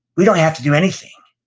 we don't have to do anything.